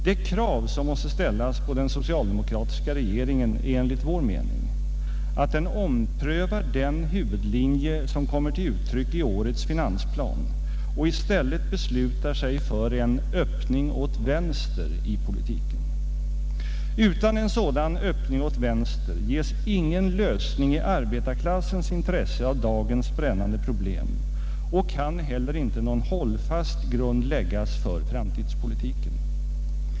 De krav som måste ställas på den socialdemokratiska regeringen är enligt vår mening att den omprövar den huvudlinje som kommer till uttryck i årets finansplan och i stället beslutar sig för en öppning åt vänster i politiken. Utan en sådan öppning åt vänster ges ingen lösning i arbetarklassens intresse av dagens brännande problem och kan inte heller någon hållfast grund läggas för framtidspolitiken.